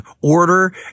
order